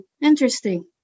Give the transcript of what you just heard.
interesting